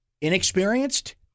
inexperienced